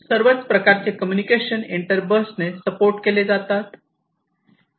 सर्वच प्रकारचे communication inter बसने सपोर्ट केले जातात